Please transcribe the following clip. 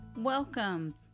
Welcome